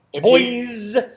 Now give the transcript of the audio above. Boys